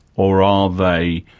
or are they